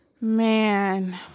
man